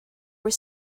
were